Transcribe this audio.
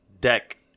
deck